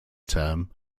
term